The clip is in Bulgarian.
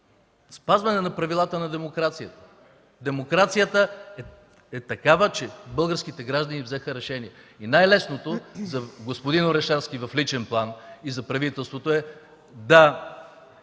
спазване на правилата на демокрацията. Демокрацията е такава, че българските граждани взеха решение. Най-лесното за господин Орешарски в личен план и за правителството е да